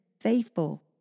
faithful